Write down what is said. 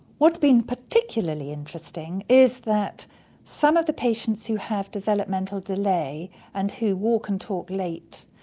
what's been particularly interesting is that some of the patients who have developmental delay and who walk and talk late,